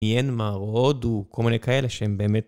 מיאנמר, הודו, כל מיני כאלה שהם באמת.